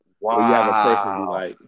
Wow